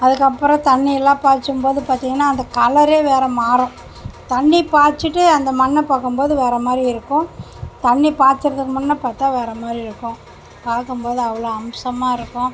அதுக்கப்புறம் தண்ணி எல்லாம் பாய்ச்சும்போது பார்த்திங்கனா அந்த கலரே வேறு மாறும் தண்ணி பாய்ச்சிட்டு அந்த மண்ணை பார்க்கும்போது வேறு மாதிரி இருக்கும் தண்ணி பாய்ச்சறதுக்கு முன்னே பார்த்தா வேறு மாதிரி இருக்கும் பார்க்கும்போது அவ்வளோ அம்சமாக இருக்கும்